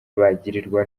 bagirirwa